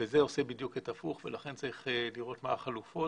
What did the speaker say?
וזה עושה בדיוק את ההפוך ולכן צריך לראות מה החלופות